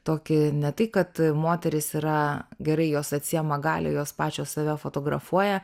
tokį ne tai kad moterys yra gerai jos atsiėma galią jos pačios save fotografuoja